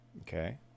okay